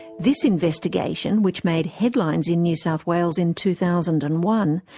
this investigation, which made headlines in new south wales in two thousand and one,